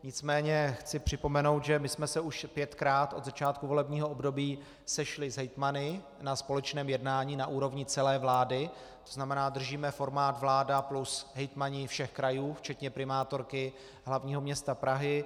Nicméně chci připomenout, že my jsme se už pětkrát od začátku volebního období sešli s hejtmany na společném jednání na úrovni celé vlády, tzn. držíme formát vláda plus hejtmani všech krajů, včetně primátorky hlavního města Prahy.